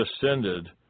descended